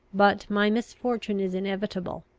but my misfortune is inevitable.